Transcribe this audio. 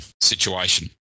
situation